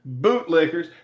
bootlickers